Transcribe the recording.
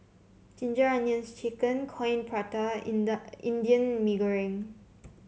Ginger Onions chicken Coin Prata and Indian Mee Goreng